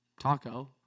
taco